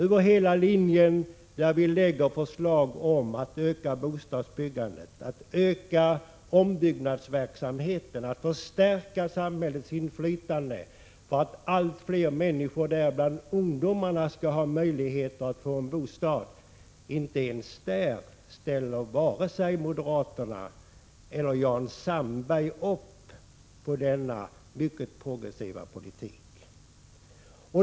Över hela linjen är det så, när vi lägger fram förslag om att öka bostadsbyggande, att öka ombyggnadsverksamhet och förstärka samhällets inflytande så att allt fler människor, däribland ungdomen, skall ha möjlighet att få en bostad, att Jan Sandberg eller moderaterna i övrigt inte ställer upp på denna mycket progressiva politik.